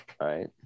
Right